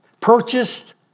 Purchased